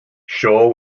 shaw